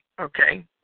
Okay